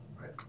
right